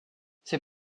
ces